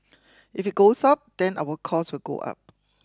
if it goes up then our cost will go up